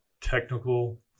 technical